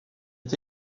est